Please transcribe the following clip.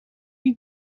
die